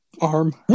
arm